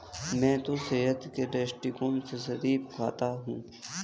मैं तो सेहत के दृष्टिकोण से शरीफा खाता हूं